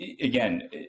Again